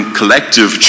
collective